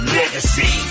legacy